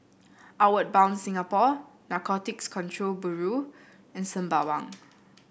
Outward Bound Singapore Narcotics Control Bureau and Sembawang